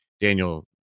daniel